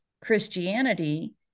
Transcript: Christianity